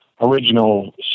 original